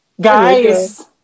Guys